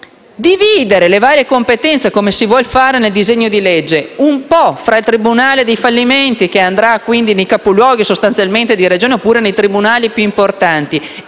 dividere le varie competenze, come si vuol fare nel disegno di legge, fra il tribunale dei fallimenti, che andrà quindi nei capoluoghi di Regione oppure nei tribunali più importanti,